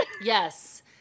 Yes